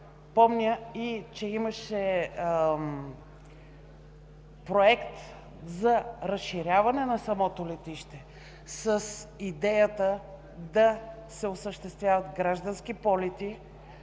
че навремето имаше проект за разширяване на самото летище с идеята да се осъществяват граждански полети,